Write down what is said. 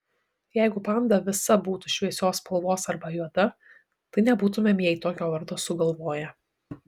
jeigu panda visa būtų šviesios spalvos arba juoda tai nebūtumėm jai tokio vardo sugalvoję